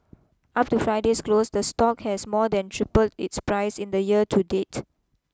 up to Friday's close the stock has more than tripled its price in the year to date